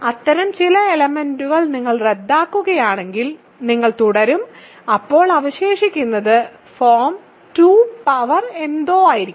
അത്തരം ചില എലെമെന്റ്സ്കൾ നിങ്ങൾ റദ്ദാക്കുകയാണെങ്കിൽ നിങ്ങൾ തുടരും അപ്പോൾ അവശേഷിക്കുന്നത് ഫോം 2 പവർ എന്തോ ആയിരിക്കും